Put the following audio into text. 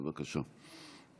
בבקשה.